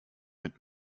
mit